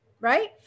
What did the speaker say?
right